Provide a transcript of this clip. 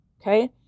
Okay